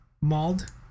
mauled